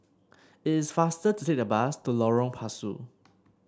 it is faster to take the bus to Lorong Pasu